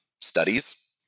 studies